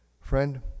Friend